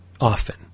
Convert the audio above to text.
Often